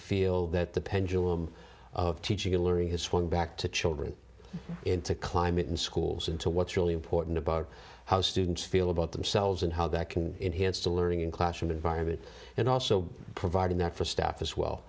feel that the pendulum of teaching and learning has swung back to children into climate in schools into what's really important about how students feel about themselves and how that can enhance the learning in classroom environment and also providing that for staff as well